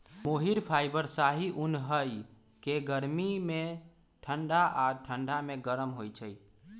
मोहिर fibre शाहि उन हइ के गर्मी में ठण्डा आऽ ठण्डा में गरम होइ छइ